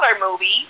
movie